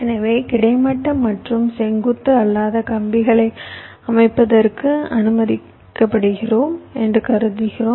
எனவே கிடைமட்ட மற்றும் செங்குத்து அல்லாத கம்பிகளை அமைப்பதற்கு அனுமதிக்கப்படுகிறோம் என்று கருதுகிறோம்